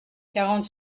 quarante